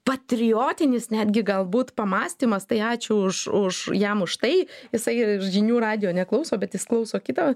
patriotinis netgi galbūt pamąstymas tai ačiū už už jam už tai jisai žinių radijo neklauso bet jis klauso kitą